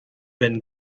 been